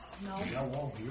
No